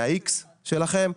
מהאיקס שלכם,